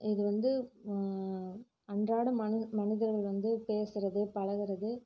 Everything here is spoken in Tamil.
இது வந்து அன்றாடம் மனித மனிதர்கள் வந்து பேசுறது பழகுறது